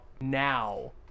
now